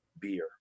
beer